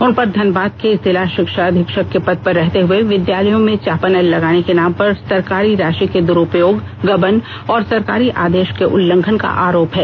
उनपर धनबाद के जिला शिक्षा अधीक्षक के पद पर रहते विद्यालयों में चापानल लगाने के नाम पर सरकारी राशि के दुरुपयोग गबन और सरकारी आदेश के उल्लंघन का आरोप है